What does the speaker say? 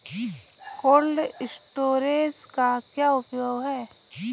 Cold storage का क्या उपयोग है?